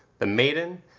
the maiden,